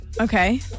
Okay